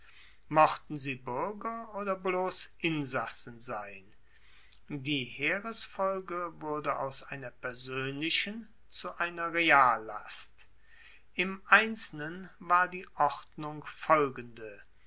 mochten sie buerger oder bloss insassen sein die heeresfolge wurde aus einer persoenlichen zu einer reallast im einzelnen war die ordnung folgende